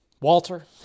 Walter